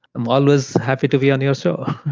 i'm always happy to be on your show.